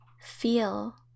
feel